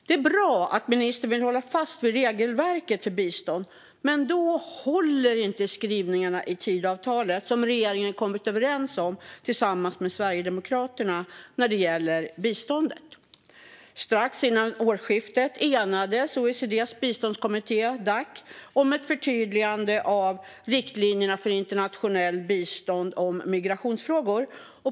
Det är bra att ministern vill hålla fast vid regelverket för bistånd, men då håller inte skrivningarna i Tidöavtalet som regeringen kommit överens om tillsammans med Sverigedemokraterna när det gäller biståndet. Strax före årsskiftet enades OECD:s biståndskommitté Dac om ett förtydligande av riktlinjerna för internationellt bistånd i migrationsfrågor.